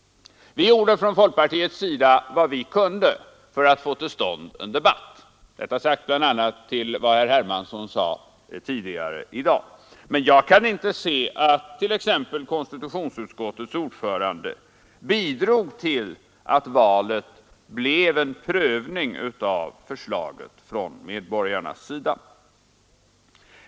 Vi gjorde från folkpartiets sida vad vi kunde för att få till stånd en debatt — detta sagt bl.a. till vad herr Hermansson anförde tidigare i dag. Men jag kan inte se att t.ex. konstitutionsutskottets ordförande bidrog till att valet blev en prövning av förslaget från medborgarnas sida.